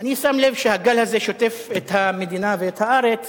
אני שם לב שהגל הזה שוטף את המדינה ואת הארץ